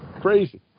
Crazy